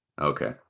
Okay